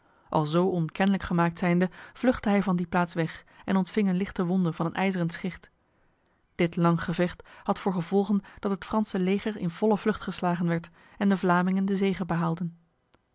alzo onkenlijk gemaakt zijnde vluchtte hij van die plaats weg en ontving een lichte wonde van een ijzeren schicht dit lang gevecht had voor gevolgen dat het franse leger in volle vlucht geslagen werd en de vlamingen de zege behaalden